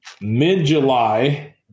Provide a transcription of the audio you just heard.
mid-July